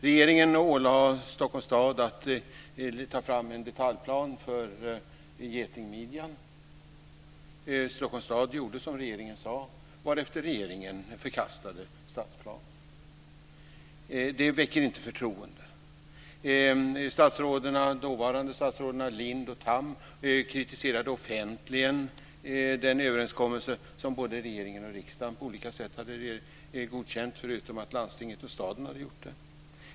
Regeringen ålade Stockholms stad att ta fram en detaljplan för getingmidjan. Stockholms stad gjorde som regeringen sade, varefter regeringen förkastade stadsplanen. Det väckte inte förtroende. Dåvarande statsråden Lindh och Tham kritiserade offentligen den överenskommelse som både regeringen och riksdagen hade godkänt på olika sätt förutom att landstinget och staden hade gjort det.